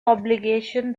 obligation